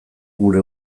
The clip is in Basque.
gure